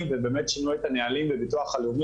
ובאמת שינו את הנהלים בביטוח הלאומי,